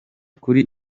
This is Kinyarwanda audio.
kuri